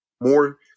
more